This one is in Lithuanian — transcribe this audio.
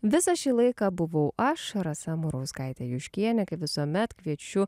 visą šį laiką buvau aš rasa murauskaitė juškienė kaip visuomet kviečiu